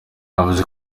yavuze